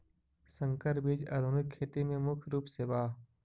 संकर बीज आधुनिक खेती में मुख्य रूप से बा